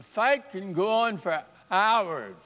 if i can go on for hours